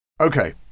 Okay